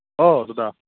অ' দাদা